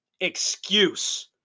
excuse